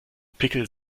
pickel